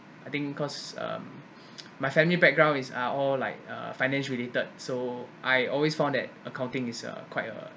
I think because um my family background is are all like uh finance related so I always found that accounting is a quite a